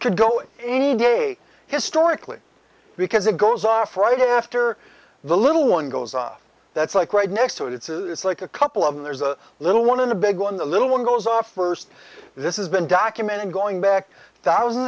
in any day historically because it goes off right after the little one goes off that's like right next to it it's it's like a couple of there's a little one and a big one the little one goes off first this is been documented going back thousands